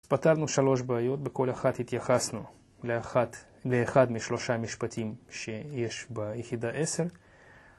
פתרנו שלוש בעיות, בכל אחת התייחסנו לאחת, לאחד משלושה המשפטים שיש ביחידה 10